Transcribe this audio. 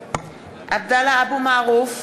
(קוראת בשמות חברי הכנסת) עבדאללה אבו מערוף,